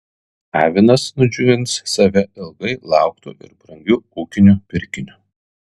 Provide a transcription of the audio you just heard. avinas nudžiugins save ilgai lauktu ir brangiu ūkiniu pirkiniu